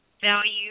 value